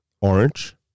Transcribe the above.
Orange